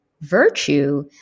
virtue